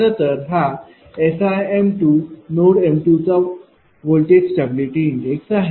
खरंतर हा SI नोड m2 चा व्होल्टेज स्टॅबिलिटी इंडेक्स आहे